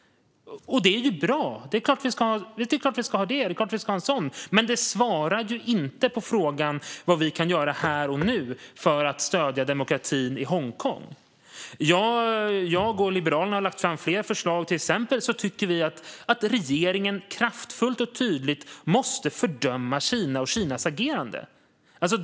Det är bra; det är klart att vi ska ha en sådan strategi. Men det svarar inte på frågan om vad vi kan göra här och nu för att stödja demokratin i Hongkong. Jag och Liberalerna har lagt fram flera förslag. Vi tycker till exempel att regeringen kraftfullt och tydligt måste fördöma Kina och Kinas agerande.